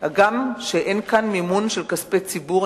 הגם שאין כאן מימון של כספי ציבור,